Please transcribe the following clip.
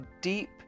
deep